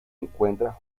encuentra